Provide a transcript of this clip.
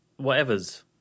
whatevers